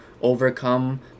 overcome